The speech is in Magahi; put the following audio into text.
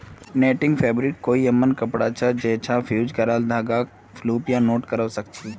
नेटिंग फ़ैब्रिक कोई भी यममन कपड़ा छ जैइछा फ़्यूज़ क्राल धागाक लूप या नॉट करव सक छी